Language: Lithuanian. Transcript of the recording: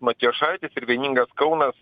matijošaitis ir vieningas kaunas